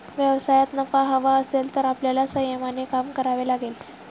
व्यवसायात नफा हवा असेल तर आपल्याला संयमाने काम करावे लागेल